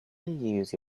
use